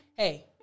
Hey